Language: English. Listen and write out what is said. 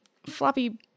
Floppy